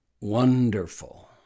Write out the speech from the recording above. wonderful